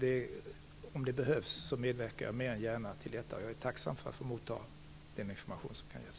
Om det behövs medverkar jag mer än gärna till detta, och jag är tacksam att få motta den information som kan ges.